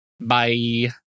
Bye